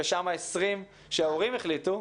לשָם ה-20 שההורים החליטו,